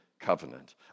covenant